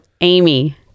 Amy